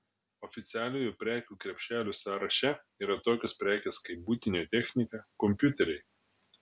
oficialiojo prekių krepšelio sąraše yra tokios prekės kaip buitinė technika kompiuteriai